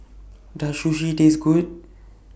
Does Sushi Taste Good